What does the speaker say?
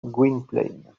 gwynplaine